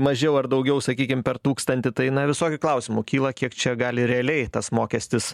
mažiau ar daugiau sakykim per tūkstantį tai na visokių klausimų kyla kiek čia gali realiai tas mokestis